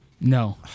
No